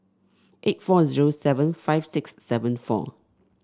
eight four zero seven five six seven four